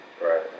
Right